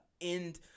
end